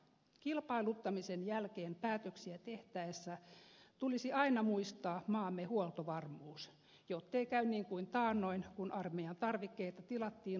kilpailuttamisen jälkeen päätöksiä tehtäessä tulisi aina muistaa maamme huoltovarmuus jottei käy niin kuin taannoin kun armeijan tarvikkeita tilattiin ulkomaisilta yrityksiltä